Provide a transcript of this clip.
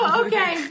okay